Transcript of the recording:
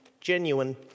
genuine